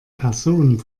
person